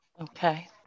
Okay